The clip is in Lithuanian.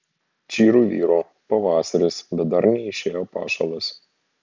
čyru vyru pavasaris bet dar neišėjo pašalas